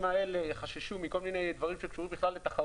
האלה מכל מיני דברים שקשורים בכלל לתחרות.